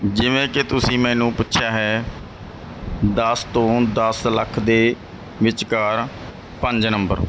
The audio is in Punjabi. ਜਿਵੇਂ ਕਿ ਤੁਸੀਂ ਮੈਨੂੰ ਪੁੱਛਿਆ ਹੈ ਦਸ ਤੋਂ ਦਸ ਲੱਖ ਦੇ ਵਿਚਕਾਰ ਪੰਜ ਨੰਬਰ